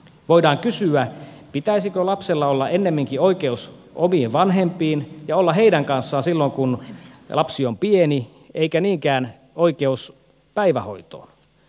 voidaan kysyä pitäisikö lapsella olla ennemminkin oikeus omiin vanhempiin ja olla heidän kanssaan silloin kun lapsi on pieni eikä niinkään oikeus päivähoitoon